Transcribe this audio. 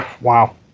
wow